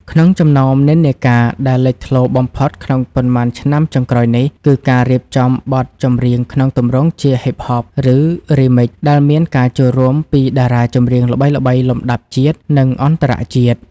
ក្នុងចំណោមនិន្នាការដែលលេចធ្លោបំផុតក្នុងប៉ុន្មានឆ្នាំចុងក្រោយនេះ គឺការរៀបចំបទចម្រៀងក្នុងទម្រង់ជា Hip-hop ឬ Remix ដែលមានការចូលរួមពីតារាចម្រៀងល្បីៗលំដាប់ជាតិ និងអន្តរជាតិ។